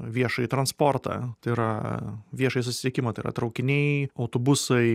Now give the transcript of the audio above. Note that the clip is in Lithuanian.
viešąjį transportą tai yra viešąjį susisiekimą tai yra traukiniai autobusai